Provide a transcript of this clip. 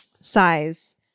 size